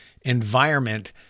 environment